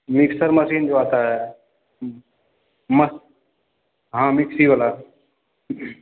mixer machine जो आता है हँ मिक्सीवला